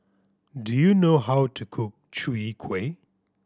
do you know how to cook Chwee Kueh